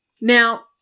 Now